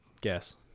guess